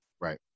Right